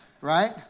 right